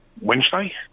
Wednesday